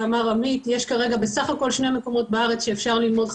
ויש את אותה תקופת חפיפה שצריך בשביל ללמוד את המשק.